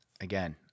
Again